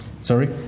Sorry